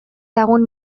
lagun